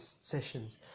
sessions